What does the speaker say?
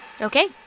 Okay